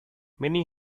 many